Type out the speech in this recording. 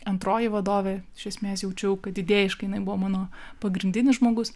antroji vadovė iš esmės jaučiau kad idėjiškai jinai buvo mano pagrindinis žmogus